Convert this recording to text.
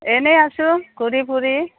এনেই আছোঁ ঘূৰি ফুৰি